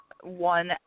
one